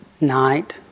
night